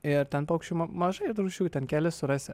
ir ten paukščių mažai rūšių ten kelis surasi